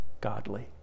godly